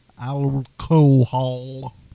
Alcohol